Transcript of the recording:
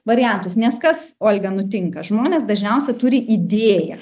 variantus nes kas olga nutinka žmonės dažniausiai turi idėją